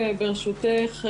ברשותך,